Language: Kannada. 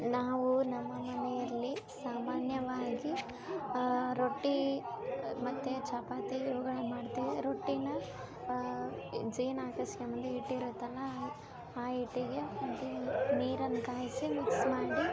ನಾವು ನಮ್ಮ ಮನೆಯಲ್ಲಿ ಸಾಮಾನ್ಯವಾಗಿ ರೊಟ್ಟಿ ಮತ್ತು ಚಪಾತಿ ಇವುಗಳನ್ನ ಮಾಡ್ತೀವಿ ರೊಟ್ಟಿನ ಜೇನು ಹಾಕಿಸ್ಕೊಂಡು ಹಿಟ್ಟು ಇರ್ತಲ್ಲಾ ಆ ಹಿಟ್ಟಿಗೆ ನೀರನ್ನ ಕಾಯಿಸಿ ಮಿಕ್ಸ್ ಮಾಡಿ